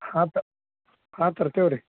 ಹಾಂ ತ ಹಾಂ ತರ್ತೇವೆ ರೀ